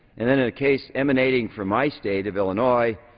and and a case emanating from my state of illinois,